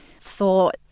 thought